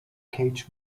cage